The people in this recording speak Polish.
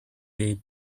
jej